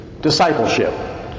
discipleship